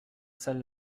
celle